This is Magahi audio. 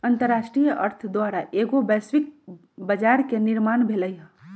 अंतरराष्ट्रीय अर्थ द्वारा एगो वैश्विक बजार के निर्माण भेलइ ह